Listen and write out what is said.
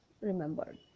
remembered